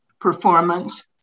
performance